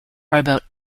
about